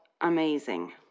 amazing